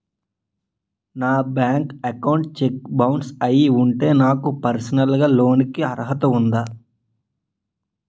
నా bank account లో cheque bounce అయ్యి ఉంటే నాకు పర్సనల్ లోన్ కీ అర్హత ఉందా?